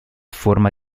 forma